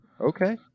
Okay